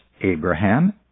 Abraham